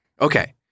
Okay